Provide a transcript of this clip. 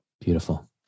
Beautiful